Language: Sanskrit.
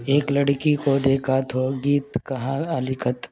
एक् लड्की को देका थो गीतं कः अलिखत्